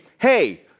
hey